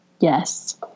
Yes